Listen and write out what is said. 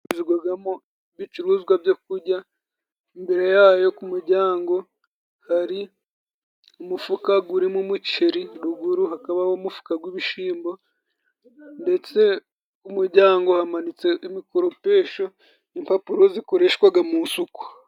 Icururizwagamo ibicuruzwa byo kurya, imbere yayo ku muryango hari umufuka gurimo umuceri ruguru hakabaho umufuka gw'ibishyimbo ndetse mu muryango hamanitse imikoropesho n'impapuro zikoreshwaga mu isuku.